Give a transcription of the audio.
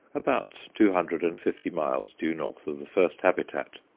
about two hundred and fifty miles due north of the first habitat,